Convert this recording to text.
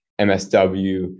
MSW